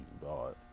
God